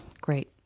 Great